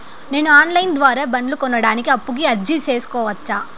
నేను online ద్వారా బండ్లు కొనడానికి అప్పుకి అర్జీ సేసుకోవచ్చా?